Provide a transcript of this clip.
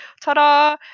ta-da